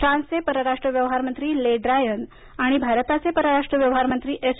फ्रान्सचे पराराष्ट्र व्यवहारमंत्री ले ड्रायन आणि भारताचे पराराष्ट्र व्यवहार मंत्री एस